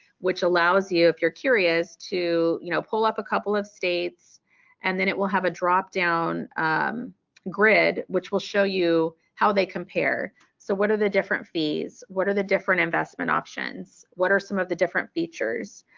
which allows you if you're curious, to you know pull up a couple of states and then it will have a drop-down grid which will show you how they compare so what are the different fees, what are the different investment options, what are some of the different features.